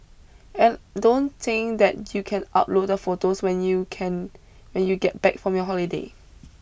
and don't think that you can upload the photos when you can when you get back from your holiday